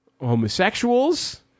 homosexuals